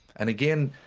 and again,